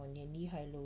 !wah! 你厉害 lor